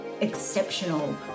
exceptional